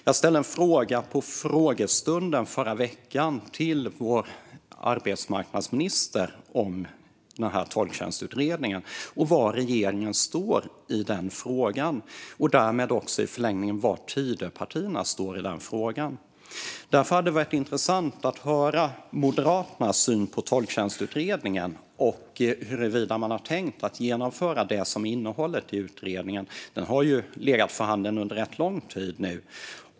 Under frågestunden förra veckan ställde jag en fråga till vår arbetsmarknadsminister om denna tolktjänstutredning och var regeringen står i den frågan och därmed också, i förlängningen, om var Tidöpartierna står i frågan. Därför skulle det vara intressant att höra Moderaternas syn på tolktjänstutredningen och huruvida man har tänkt genomföra utredningens förslag. Utredningen har ju legat för handen under rätt lång tid nu.